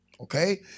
Okay